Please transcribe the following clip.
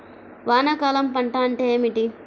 వానాకాలం పంట అంటే ఏమిటి?